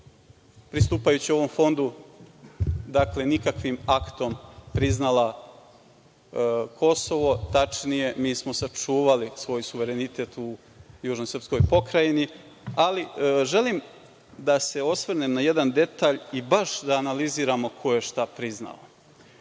pristupajući ovom fondu, nikakvim aktom priznala Kosovo. Tačnije, nismo sačuvali suverenitet u južnoj srpskoj pokrajini, ali želim da se osvrnem na jedan detalj i baš da analiziramo ko je šta priznao. Fond